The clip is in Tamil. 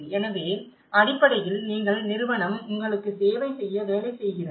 எனவே அடிப்படையில் நீங்கள் நிறுவனம் உங்களுக்கு சேவை செய்ய வேலை செய்கிறது